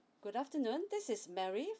good afternoon this is mary